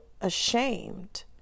ashamed